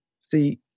See